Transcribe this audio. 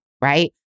right